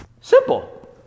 Simple